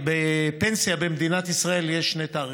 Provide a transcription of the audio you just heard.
בפנסיה במדינת ישראל יש שני תאריכים: